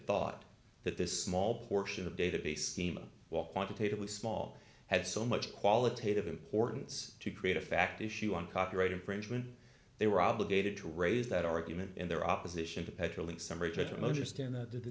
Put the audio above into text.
thought that this small portion of database schema what quantitatively small had so much qualitative importance to create a fact issue on copyright infringement they were obligated to raise that argument in their opposition to